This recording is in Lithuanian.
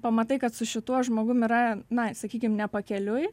pamatai kad su šituo žmogum yra na sakykim ne pakeliui